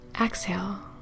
exhale